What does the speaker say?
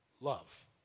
love